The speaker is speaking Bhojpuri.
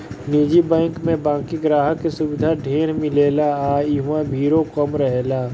निजी बैंक में बाकि ग्राहक के सुविधा ढेर मिलेला आ इहवा भीड़ो कम रहेला